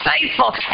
faithful